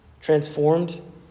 transformed